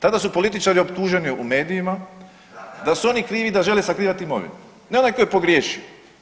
Tada su političari optuženi u medijima da su oni krivi da žele sakrivati imovinu, ne onaj tko je pogriješio.